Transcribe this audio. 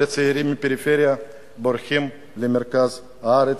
כל הצעירים מהפריפריה בורחים למרכז הארץ,